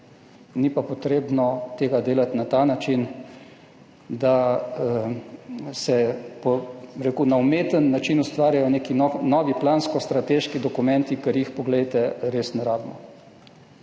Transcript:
ni pa treba tega delati na ta način, da se na umeten način ustvarjajo neki novi plansko-strateški dokumenti, ker jih res ne rabimo.